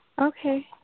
Okay